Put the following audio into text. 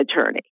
attorney